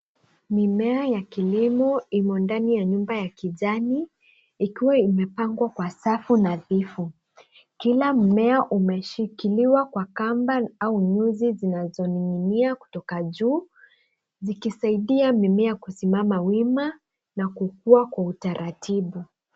Mimea ya kilimo imo ndani ya nyumba ya kijani, ikiwa imepangwa kwa safu nadhifu. Kila mmea umeshikiliwa kwa kamba au nyuzi zinazoning'inia kutoka juu, zikisaidia mimea kusimama wima na kukua kwa utaratibu.